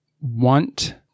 want